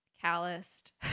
calloused